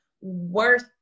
worth